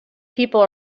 people